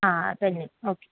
धन्यः ओ के